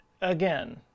Again